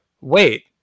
wait